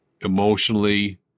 emotionally